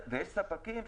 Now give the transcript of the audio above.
ויש ספקים,